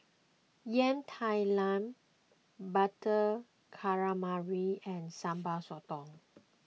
Yam Talam Butter Calamari and Sambal Sotong